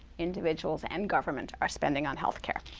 individuals and government, are spending on health care.